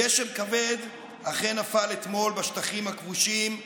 גשם כבד אכן נפל אתמול שוב בשטחים הכבושים.